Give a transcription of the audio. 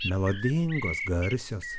melodingos garsios